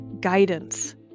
guidance